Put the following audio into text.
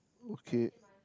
okay